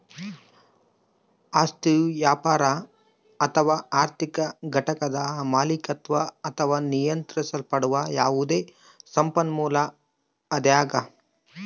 ಆಸ್ತಿಯು ವ್ಯಾಪಾರ ಅಥವಾ ಆರ್ಥಿಕ ಘಟಕದ ಮಾಲೀಕತ್ವದ ಅಥವಾ ನಿಯಂತ್ರಿಸಲ್ಪಡುವ ಯಾವುದೇ ಸಂಪನ್ಮೂಲ ಆಗ್ಯದ